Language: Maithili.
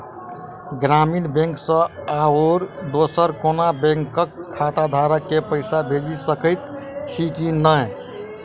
ग्रामीण बैंक सँ आओर दोसर कोनो बैंकक खाताधारक केँ पैसा भेजि सकैत छी की नै?